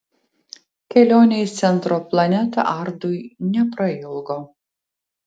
kelionė į centro planetą ardui neprailgo